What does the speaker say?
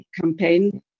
campaign